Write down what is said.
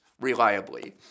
reliably